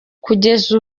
kugeza